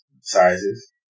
sizes